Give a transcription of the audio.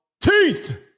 teeth